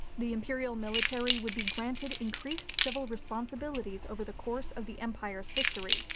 the imperial military would be granted increased civil responsibilities over the course of the empire's history,